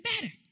better